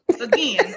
again